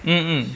mm mm